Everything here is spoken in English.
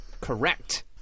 Correct